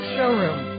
Showroom